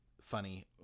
funny